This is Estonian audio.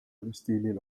elustiili